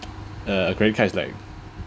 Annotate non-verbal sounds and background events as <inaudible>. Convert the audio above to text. <noise> uh a credit card is like